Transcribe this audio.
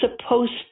supposed